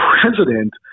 president